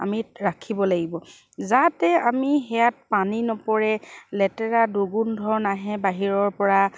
আমি ৰাখিব লাগিব যাতে আমি সেয়াত পানী নপৰে লেতেৰা দুৰ্গন্ধ নাহে বাহিৰৰ পৰা